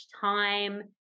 time